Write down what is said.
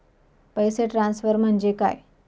पैसे ट्रान्सफर म्हणजे काय?